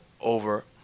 over